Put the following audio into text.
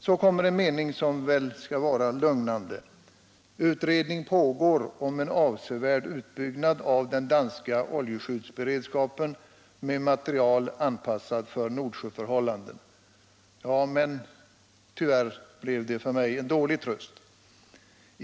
Så kommer en mening som väl skall vara lugnande: ”Utredning pågår om en avsevärd utbyggnad av den danska oljeskyddsberedskapen med materiel anpassad för Nordsjöförhållanden.” Men tyvärr blev det för mig Om beredskapen mot oljekatastrofer Om beredskapen mot oljekatastrofer en dålig tröst.